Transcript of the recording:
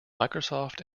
microsoft